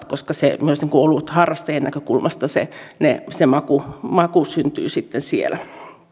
koska myös olutharrastajien näkökulmasta se maku maku syntyy sitten siellä